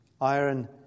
Iron